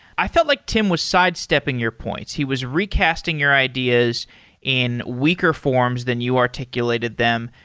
i felt like tim was sidestepping your points. he was recasting your ideas in weaker forms than you articulated them,